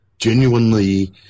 Genuinely